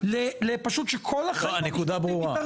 שכל החיים יגררו,